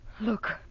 Look